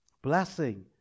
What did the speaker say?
Blessing